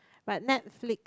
but Netflix